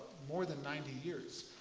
more than ninety years.